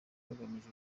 kagamije